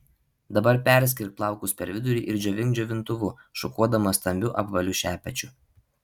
dabar perskirk plaukus per vidurį ir džiovink džiovintuvu šukuodama stambiu apvaliu šepečiu